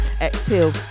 exhale